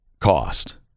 cost